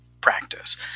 Practice